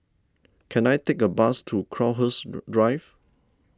can I take a bus to Crowhurst Drive